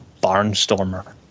barnstormer